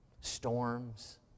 Storms